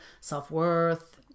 self-worth